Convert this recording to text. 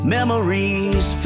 Memories